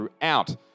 throughout